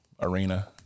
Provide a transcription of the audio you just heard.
arena